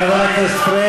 חבר הכנסת פריג',